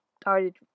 started